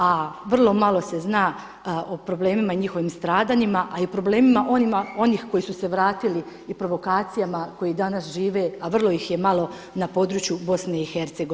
A vrlo malo se zna o problemima i njihovim stradanjima, a i o problemima onih koji su se vratili i provokacijama koji danas žive, a vrlo ih je malo na području BiH.